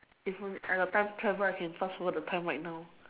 if I got time travel I can pass over the time right now